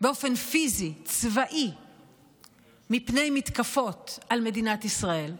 באופן פיזי צבאי מפני מתקפות על מדינת ישראל,